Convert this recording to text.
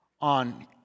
on